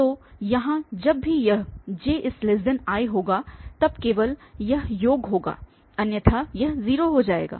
तो यहाँ जब भी यह ji होगा तब केवल यह योग होगा अन्यथा यह 0 हो जाएगा